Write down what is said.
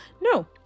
No